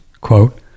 quote